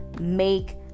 make